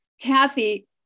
Kathy